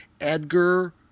Edgar